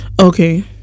Okay